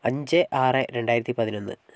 അഞ്ച് ആറ് രണ്ടായിരത്തി പതിനൊന്ന്